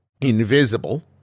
invisible